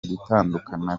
gutandukana